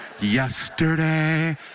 Yesterday